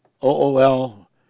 O-O-L